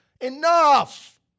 Enough